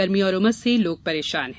गर्मी और उमस से लोग परेशान है